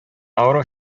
авыру